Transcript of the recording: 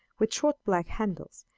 with short black handles,